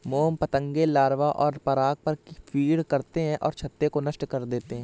मोम पतंगे लार्वा और पराग पर फ़ीड करते हैं और छत्ते को नष्ट कर देते हैं